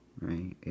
right